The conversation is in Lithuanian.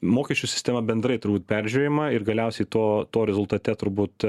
mokesčių sistema bendrai turbūt peržiūrėjimą ir galiausiai to to rezultate turbūt